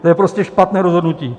To je prostě špatné rozhodnutí.